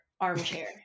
armchair